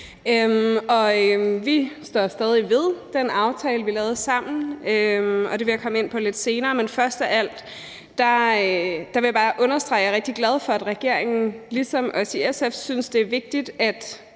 Vi står stadig ved den aftale, vi lavede sammen – det vil jeg komme ind på lidt senere – men først af alt vil jeg bare understrege, at jeg er rigtig glad for, at regeringen ligesom os i SF synes, at det er vigtigt,